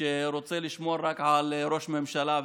שרוצה לשמור רק על ראש ממשלה,